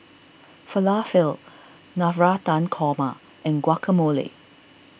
Falafel Navratan Toma and Guacamole